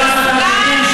פגעתם בילדים באופן שרירותי,